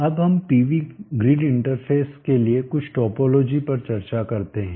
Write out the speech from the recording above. अब हम PV grid interface जोड़ना के लिए कुछ टोपोलॉजी पर चर्चा करते हैं